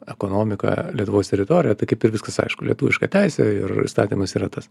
ekonomiką lietuvos teritoriją tai kaip ir viskas aišku lietuviška teisė ir įstatymas yra tas